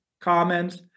comments